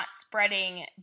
spreading